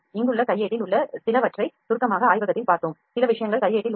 இங்குள்ள கையேட்டில் உள்ள சிலவற்றை சுருக்கமாக ஆய்வகத்தில் பார்த்தோம் சில விஷயங்கள் கையேட்டில் உள்ளன